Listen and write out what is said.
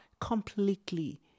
completely